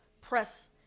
press